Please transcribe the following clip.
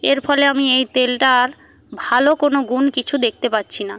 এর ফলে আমি এই তেলটার আর ভালো কোনো গুণ কিছু দেখতে পাচ্ছি না